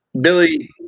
Billy